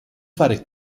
fare